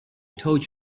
told